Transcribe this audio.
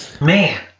man